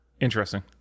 interesting